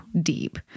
deep